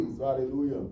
Hallelujah